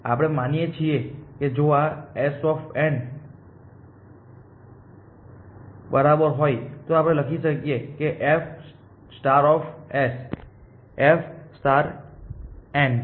આપણે માની શકીએ કે જો આ S n 1 n 2 k G બરાબર હોય તો આપણે લખી શકીએ કે f f છે